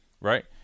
Right